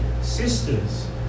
sisters